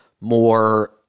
more